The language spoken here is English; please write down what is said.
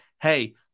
Hey